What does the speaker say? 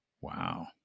Wow